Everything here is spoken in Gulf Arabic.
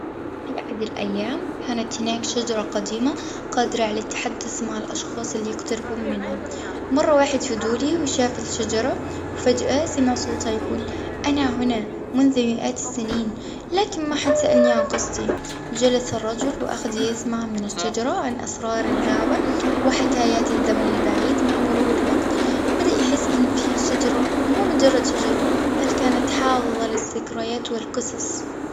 في أحد الأيام، كانت هناك شجرة قديمة، قادرة على التحدث مع الأشخاص اللي يقتربون منها. مر واحد فضولي وشاف الشجرة، وفجأة سمع صوتها يقول: أنا هنا منذ مئات السنين، لكن ما حد سألني عن قصتي. جلس الرجل، وأخذ يسمع من الشجرة عن أسرار الغابة، وحكايات الزمن البعيد. مع مرور الوقت، بدأ يحس إن في شجرة، مو مجرد شجرة. بل كانت حافظة للذكريات والقصص.